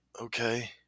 okay